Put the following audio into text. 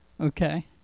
Okay